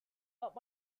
but